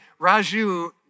Raju